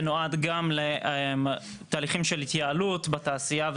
שנועד גם לתהליכים של התייעלות בתעשייה,